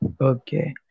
Okay